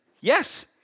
yes